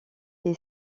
est